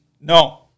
No